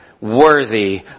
worthy